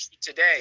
today